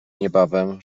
niebawem